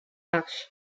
arch